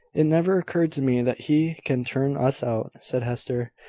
it never occurred to me that he can turn us out, said hester,